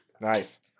Nice